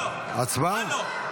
מה זה לא?